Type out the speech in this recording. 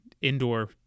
indoor